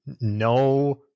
No